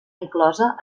inclosa